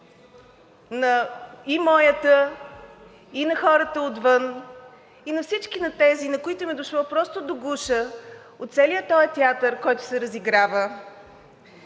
– и моята, и на хората отвън, и на всички тези, на които им дошло просто до гуша от целия този театър, който се разиграва